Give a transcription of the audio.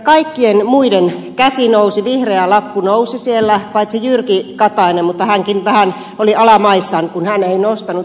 kaikkien muiden käsi nousi vihreä lappu nousi siellä paitsi jyrki kataisen mutta hänkin vähän oli alamaissaan kun hän ei nostanut